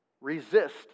resist